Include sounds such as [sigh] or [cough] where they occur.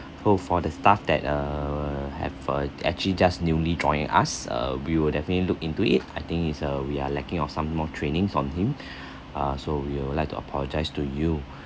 oh for the staff that uh have uh actually just newly joined us uh we will definitely look into it I think is uh we are lacking of some more trainings on him [breath] ah so we would like to apologise to you